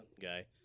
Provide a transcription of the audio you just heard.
guy